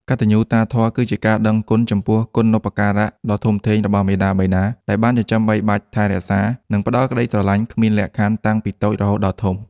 កតញ្ញុតាធម៌គឺជាការដឹងគុណចំពោះគុណូបការៈដ៏ធំធេងរបស់មាតាបិតា ដែលបានចិញ្ចឹមបីបាច់ ថែរក្សា និងផ្ដល់ក្ដីស្រឡាញ់គ្មានលក្ខខណ្ឌតាំងពីតូចរហូតដល់ធំ។